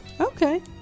Okay